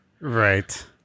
Right